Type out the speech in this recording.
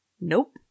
Nope